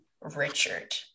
Richard